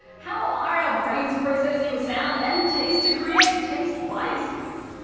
how are our brains processing sound and taste to create taste biases?